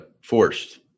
Forced